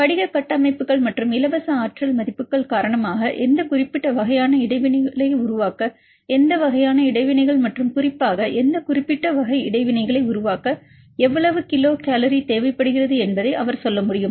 படிக கட்டமைப்புகள் மற்றும் இலவச ஆற்றல் மதிப்புகள் காரணமாக எந்த குறிப்பிட்ட வகையான இடைவினைகளை உருவாக்க எந்த வகையான இடைவினைகள் மற்றும் குறிப்பாக எந்த குறிப்பிட்ட வகை இடைவினைகளை உருவாக்க எவ்வளவு கிலோ கலோரி தேவைப்படுகிறது என்பதை அவர் சொல்ல முடியும்